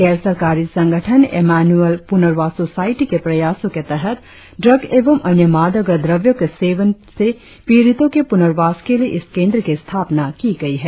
गैर सरकारी संगठन एमान्यूएल पुनर्वास सोसायटी के प्रयासो के तहत ड्रग एंव अन्य मादक द्रव्यों के सेवन के पीड़ितो के पुनर्वास के लिए इस केंद्र की स्थापना की गई है